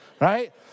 Right